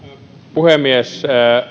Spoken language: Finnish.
puhemies